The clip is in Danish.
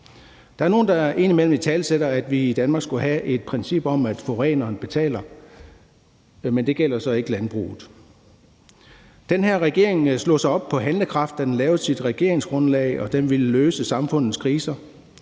Der er nogen, der indimellem italesætter, at vi i Danmark skulle have et princip om, at forureneren betaler, men det gælder så ikke landbruget. Den her regering slog sig op på handlekraft, da den lavede sit regeringsgrundlag, og sagde, at den ville løse samfundets kriser.